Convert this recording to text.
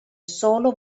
solo